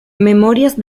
memorias